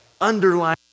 underlying